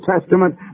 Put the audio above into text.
Testament